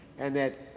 and that,